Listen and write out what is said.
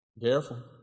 Careful